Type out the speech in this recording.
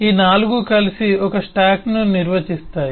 ఈ 4 కలిసి ఒక స్టాక్ను నిర్వచిస్తాయి